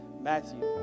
Matthew